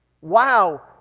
Wow